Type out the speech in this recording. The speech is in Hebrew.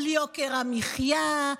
ביוקר המחיה,